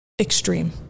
extreme